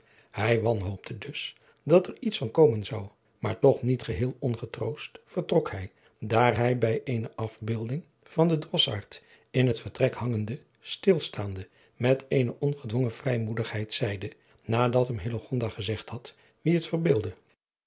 hij wanhoopte dus dat er iets van komen zou maar toch niet geheel ongetroost vertrok hij daar hij bij eene afbeelding van den drosfaard in het vertrek hangende stilstaande met eene ongedwongen vrijmoedigheid zeide nadat hem hillegonda gezegd had wien het